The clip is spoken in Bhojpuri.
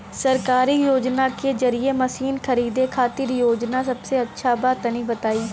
सरकारी योजना के जरिए मशीन खरीदे खातिर कौन योजना सबसे अच्छा बा तनि बताई?